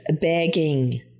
begging